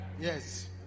yes